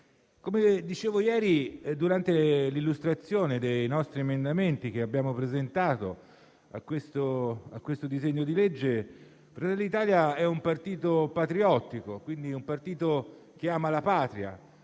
Come dicevo ieri durante l'illustrazione degli emendamenti che abbiamo presentato a questo disegno di legge, Fratelli d'Italia è un partito patriottico, quindi un partito che ama la patria.